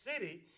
City